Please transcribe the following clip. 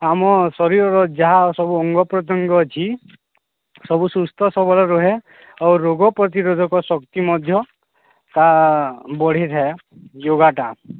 ଆମ ଶରୀରର ଯାହା ସବୁ ଅଙ୍ଗ ପ୍ରତ୍ୟଙ୍ଗ ଅଛି ସବୁ ସୁସ୍ଥ ସବଳ ରୁହେ ଆଉ ରୋଗ ପ୍ରତିରୋଧକ ଶକ୍ତି ମଧ୍ୟ ବଢ଼ିଥାଏ ୟୋଗାଟା